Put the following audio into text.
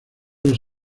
los